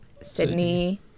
Sydney